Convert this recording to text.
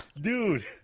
Dude